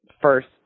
first